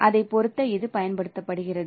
அதைப் பொருத்த இது பயன்படுத்தப்படுகிறது